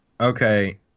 Okay